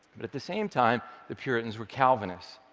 but at the same time, the puritans were calvinists,